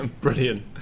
Brilliant